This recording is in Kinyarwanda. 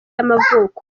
y’amavuko